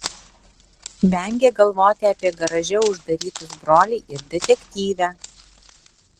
vengė galvoti apie garaže uždarytus brolį ir detektyvę